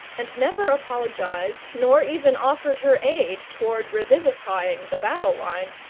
and never apologized nor even offered her aid toward revivifying the battle-line,